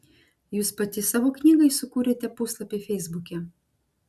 jūs pati savo knygai sukūrėte puslapį feisbuke